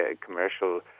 commercial